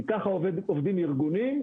כי ככה עובדים ארגונים,